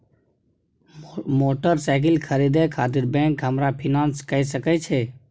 Motorcycle खरीदे खातिर bank हमरा फिनांस कय सके छै?